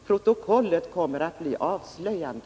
Protokollet kommer att bli avslöjande.